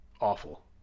awful